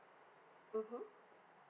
mmhmm